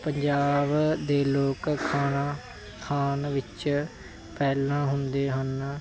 ਪੰਜਾਬ ਦੇ ਲੋਕ ਖਾਣਾ ਖਾਣ ਵਿੱਚ ਪਹਿਲਾਂ ਹੁੰਦੇ ਹਨ